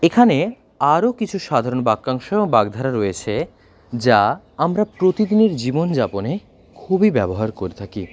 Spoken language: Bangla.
এখানে আরো কিছু সাধারণ বাক্যাংশ এবং বাগধারা রয়েছে যা আমরা প্রতিদিনের জীবনযাপনে খুবই ব্যবহার করে থাকি